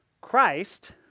Christ